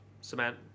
cement